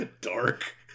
Dark